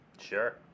Sure